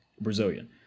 brazilian